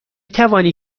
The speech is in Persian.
توانی